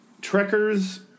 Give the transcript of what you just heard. Trekkers